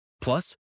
Plus